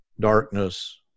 darkness